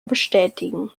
bestätigen